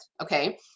Okay